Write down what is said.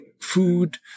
food